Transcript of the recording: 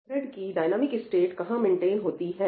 thread की dynamic state कहां maintain होती है